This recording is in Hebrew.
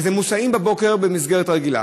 הם מוסעים בבוקר למסגרת הרגילה,